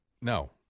No